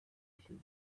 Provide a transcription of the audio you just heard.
issues